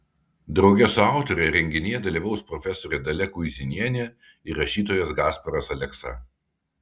drauge su autore renginyje dalyvaus profesorė dalia kuizinienė ir rašytojas gasparas aleksa